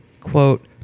quote